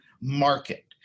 market